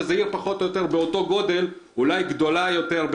עיר גדולה יותר,